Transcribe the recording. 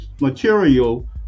material